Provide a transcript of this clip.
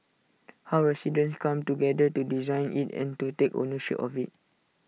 how residents come together to design IT and to take ownership of IT